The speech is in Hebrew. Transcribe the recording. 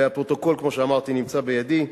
והפרוטוקול, כמו שאמרתי, נמצא בידי.